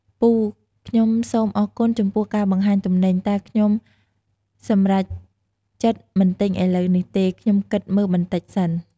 ពូ ខ្ញុំសូមអរគុណចំពោះការបង្ហាញទំនិញ តែខ្ញុំសម្រេចចិត្តមិនទិញឥឡូវនេះទេ ខ្ញុំគិតមើលបន្តិចសិន។